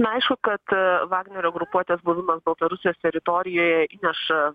na aišku kad vagnerio grupuotės buvimas baltarusijos teritorijoje įneša